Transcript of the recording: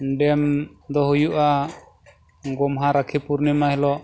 dam ᱫᱚ ᱦᱩᱭᱩᱜᱼᱟ ᱜᱚᱢᱦᱟ ᱨᱟᱹᱠᱷᱤ ᱯᱩᱨᱱᱤᱢᱟ ᱦᱤᱞᱳᱜ